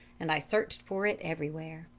and i searched for it everywhere.